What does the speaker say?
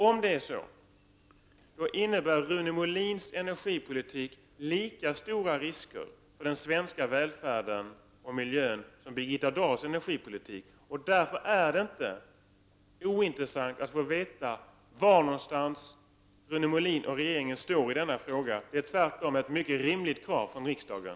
Om det är så innebär Rune Molins energipolitik lika stora risker för den svenska välfärden och miljön som Birgitta Dahls energipolitik. Därför är det inte ointressant att få veta var Rune Molin och regeringen står i den frågan — det är tvärtom ett mycket rimligt krav från riksdagen.